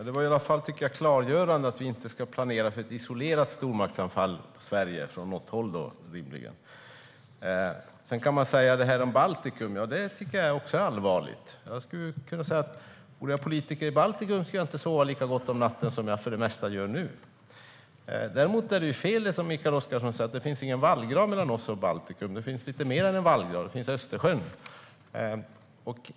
Fru talman! Det var klargörande att vi inte ska planera för ett isolerat stormaktsanfall på Sverige - från något håll då, rimligen. Ja, det är allvarligt med Baltikum. Vore jag politiker i Baltikum skulle jag inte sova lika gott om natten som jag för det mesta gör nu. Det är dock fel som Mikael Oscarsson säger att det inte finns någon vallgrav mellan oss och Baltikum. Det finns ju lite mer än en vallgrav; det finns Östersjön.